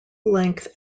length